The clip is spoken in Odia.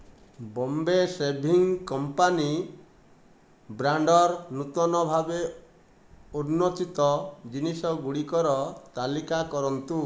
ବମ୍ବେ ଶେଭିଙ୍ଗ କମ୍ପାନି ବ୍ରାଣ୍ଡ୍ର ନୂତନ ଭାବେ ଉନ୍ମୋଚିତ ଜିନିଷ ଗୁଡ଼ିକର ତାଲିକା କରନ୍ତୁ